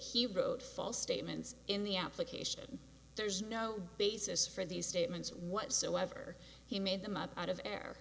he wrote false statements in the application there's no basis for these statements whatsoever he made them up out of